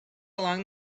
along